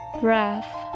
Breath